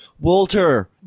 Walter